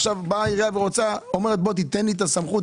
עכשיו, העירייה באה ואומרת: תן לי את הסמכות.